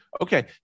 Okay